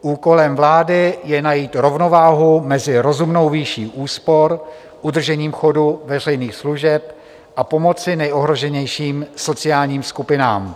Úkolem vlády je najít rovnováhu mezi rozumnou výší úspor, udržením chodu veřejných služeb a pomocí nejohroženějším sociálním skupinám.